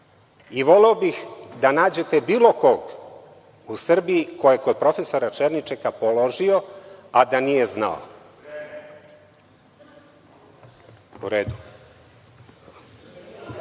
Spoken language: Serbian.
i voleo bih da nađete bilo kog u Srbiji ko je kod profesora Černičeka položio, a da nije znao.(Milorad